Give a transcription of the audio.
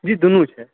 जी दुनू छै